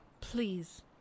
Please